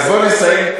אז בוא נסיים,